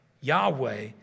Yahweh